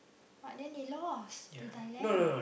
but then they lost to Thailand